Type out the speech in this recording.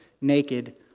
naked